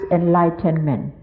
enlightenment